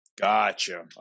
Gotcha